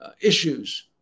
issues